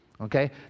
okay